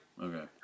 Okay